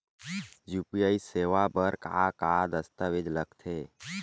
UPI सेवा बर का का दस्तावेज लगथे?